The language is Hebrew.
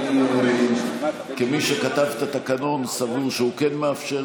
התקנון לא מאפשר